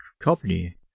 company